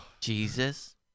Jesus